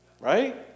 Right